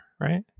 right